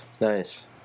Nice